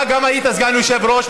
גם אתה היית סגן יושב-ראש,